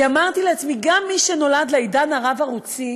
כי אמרתי לעצמי: גם מי שנולד לעידן הרב-ערוצי